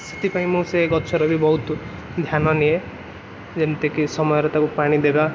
ସେଥିପାଇଁ ମୁଁ ସେ ଗଛର ବି ବହୁତ ଧ୍ୟାନ ନିଏ ଯେମିତି କି ସମୟରେ ତାକୁ ପାଣି ଦେବା